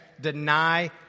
deny